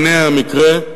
הנה המקרה,